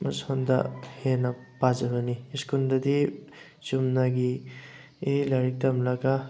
ꯃꯁꯣꯟꯗ ꯍꯦꯟꯅ ꯄꯥꯖꯕꯅꯤ ꯁ꯭ꯀꯨꯜꯗꯗꯤ ꯆꯨꯝꯅꯒꯤ ꯂꯥꯏꯔꯤꯛ ꯇꯝꯂꯒ